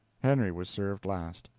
henry was served last.